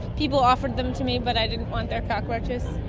people offered them to me but i didn't want their cockroaches.